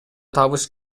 табыш